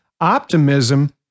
Optimism